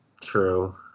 True